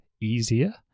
easier